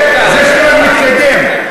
זה שלב מתקדם.